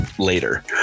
Later